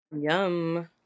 yum